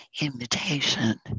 invitation